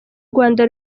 rwanda